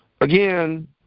again